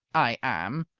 i am.